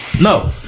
no